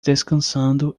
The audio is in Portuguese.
descansando